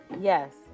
yes